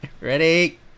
Ready